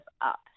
up